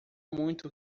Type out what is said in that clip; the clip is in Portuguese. muito